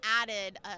added